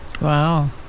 Wow